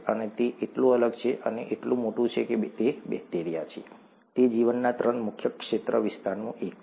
અને તે એટલું અલગ છે અને એટલું મોટું છે કે તે બેક્ટેરિયા છે તે જીવનના ત્રણ મુખ્ય ક્ષેત્રવિસ્તારનું એક છે